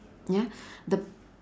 ya the